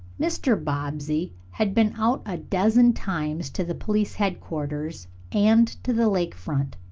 mr. bobbsey had been out a dozen times to the police headquarters and to the lake front.